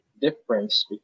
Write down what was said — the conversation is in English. difference